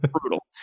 Brutal